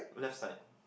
left side